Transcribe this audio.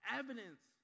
evidence